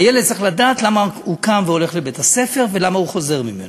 הילד צריך לדעת למה הוא קם והולך לבית-הספר ולמה הוא חוזר ממנו,